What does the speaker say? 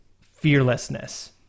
fearlessness